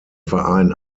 verein